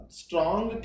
strong